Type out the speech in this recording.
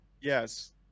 Yes